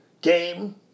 game